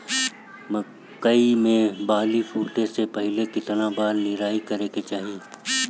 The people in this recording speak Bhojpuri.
मकई मे बाली फूटे से पहिले केतना बार निराई करे के चाही?